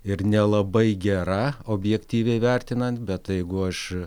ir nelabai gera objektyviai vertinant bet jeigu aš